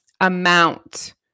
amount